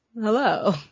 hello